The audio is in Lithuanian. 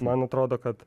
man atrodo kad